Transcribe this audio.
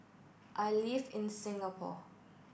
I live in Singapore